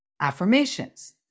affirmations